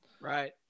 right